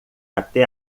até